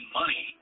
money